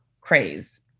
craze